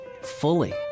fully